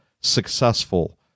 successful